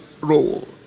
role